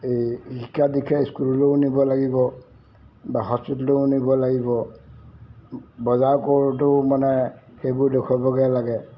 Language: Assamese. এই শিক্ষা দীক্ষা স্কুললৈয়ো নিব লাগিব বা হস্পিটেললৈয়ো নিব লাগিব বজাৰ কৰোঁতেও মানে সেইবোৰ দেখুৱাবগৈ লাগে